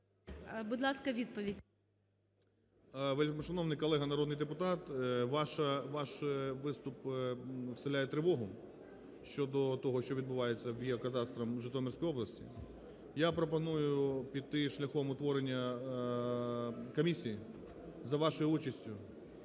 ГРОЙСМАН В.Б. Вельмишановний колега народний депутат, ваш виступ вселяє тривогу щодо того, що відбувається в геокадастрі у Житомирській області. Я пропоную піти шляхом утворення комісії за вашою участю,